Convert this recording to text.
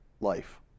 life